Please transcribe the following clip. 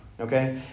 okay